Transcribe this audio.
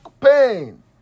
pain